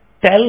tell